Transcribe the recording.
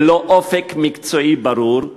ללא אופק מקצועי ברור,